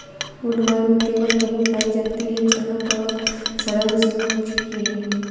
woodworm केवल वहीं पाई जाती है जहां कवक सड़ांध शुरू हो चुकी है